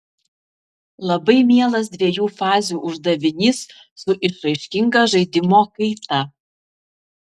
labai mielas dviejų fazių uždavinys su išraiškinga žaidimo kaita